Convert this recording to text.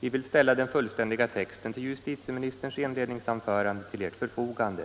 Vi vill ställa den fullständiga texten till justitieministerns inledningsanförande till Ert förfogande.